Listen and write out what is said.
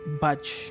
budge